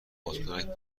بادکنک